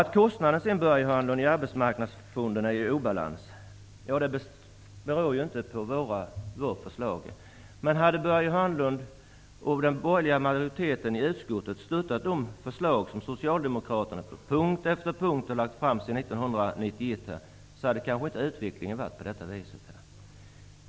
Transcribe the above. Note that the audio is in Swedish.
Att det är obalans i arbetsmarknadsfonderna beror inte på vårt förslag, Börje Hörnlund. Men om Börje Hörnlund och den borgerliga majoriteten i utskottet hade stöttat de förslag som socialdemokraterna på punkt efter punkt har lagt fram sedan 1991 hade utvecklingen kanske inte varit som den är.